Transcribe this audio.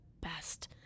best